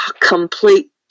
complete